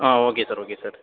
ah okay sir okay sir